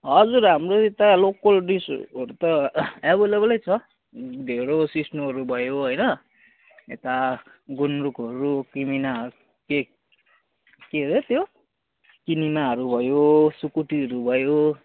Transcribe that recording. हजुर हाम्रो यता लोकल डिसहरू त अभाइलेबलै छ ढेडो सिस्नोहरू भयो होइन यता गुन्द्रुकहरू किमेना के के अरे त्यो किनेमाहरू भयो सुकुटीहरू भयो